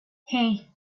hey